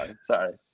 Sorry